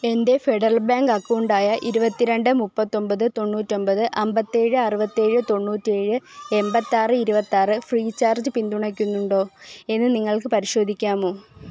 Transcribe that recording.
എൻ്റെ Federal Bank അക്കൗണ്ടായ ഇരുപത്തി രണ്ട് മുപ്പത്തി ഒൻപത് തൊണ്ണൂറ്റിയൊമ്പത് അൻപത്തി ഏഴ് അറുപത്തി ഏഴ് തൊണ്ണൂറ്റി ഏഴ് എൺപത്തി ആറ് ഇരുപത്തി ആറ് ഫ്രീ ചാർജ് പിന്തുണയ്ക്കുന്നുണ്ടോ എന്ന് നിങ്ങൾക്ക് പരിശോധിക്കാമോ